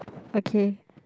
okay